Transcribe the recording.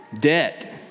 Debt